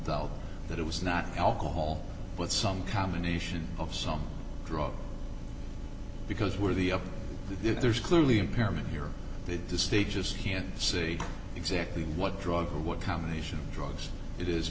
doubt that it was not alcohol with some combination of some drugs because were the up there's clearly impairment here that does state just can't see exactly what drug or what combination of drugs it is